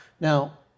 Now